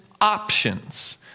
options